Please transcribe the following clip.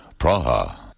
Praha